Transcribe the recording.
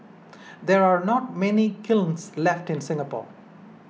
there are not many kilns left in Singapore